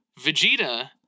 Vegeta